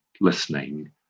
listening